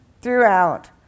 throughout